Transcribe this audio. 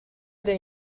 they